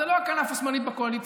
זו לא הכנף השמאלית בקואליציה,